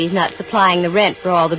he's not supplying the rent for all the